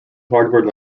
hardware